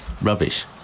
rubbish